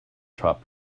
top